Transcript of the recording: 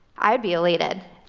i'd be elated.